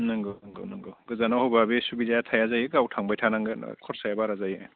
नोंगौ नोंगौ नोंगौ गोजानाव होब्ला बे सुबिदाया थाया जायो गाव थांबाय थानांगोन खरसाया बारा जायो